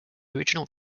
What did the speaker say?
original